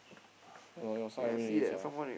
your your side how many minutes sia